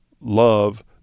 love